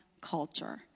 culture